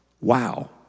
wow